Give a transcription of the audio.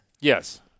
Yes